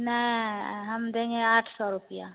ना हम देंगे आठ सौ रुपया